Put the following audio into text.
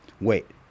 wait